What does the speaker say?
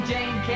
Jane